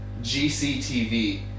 GCTV